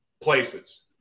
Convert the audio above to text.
places